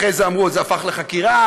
אחרי זה אמרו: זה הפך לחקירה.